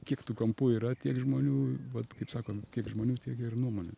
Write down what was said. kiek tų kampų yra tiek žmonių vat kaip sako kiek žmonių tiek ir nuomonių